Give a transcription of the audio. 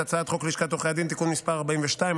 את הצעת חוק לשכת עורכי הדין (תיקון מס' 42),